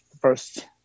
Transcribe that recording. first